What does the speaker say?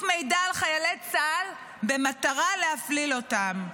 מידע על חיילי צה"ל במטרה להפליל אותם.